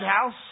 House